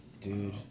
dude